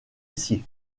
ici